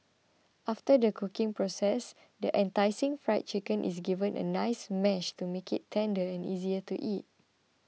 after the cooking process this enticing Fried Chicken is given a nice mash to make it tender and easier to eat